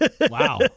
wow